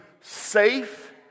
safe